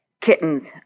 Kittens